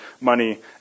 money